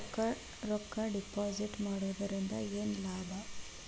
ರೊಕ್ಕ ಡಿಪಾಸಿಟ್ ಮಾಡುವುದರಿಂದ ಏನ್ ಲಾಭ?